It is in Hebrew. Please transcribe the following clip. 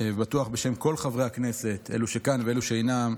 ובטוח בשם כל חברי הכנסת, אלו שכאן ואילו שאינם,